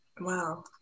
Wow